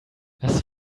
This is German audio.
was